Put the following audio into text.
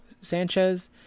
sanchez